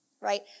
right